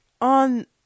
on